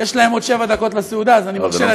יש להם עוד שבע דקות לסעודה, אז אני מרשה לעצמי.